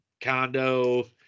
condo